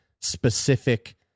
specific